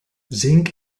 zink